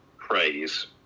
phrase